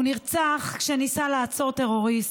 הוא נרצח כשניסה לעצור טרוריסט,